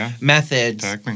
methods